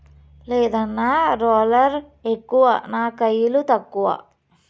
లేదన్నా, రోలర్ ఎక్కువ నా కయిలు తక్కువ